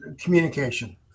communication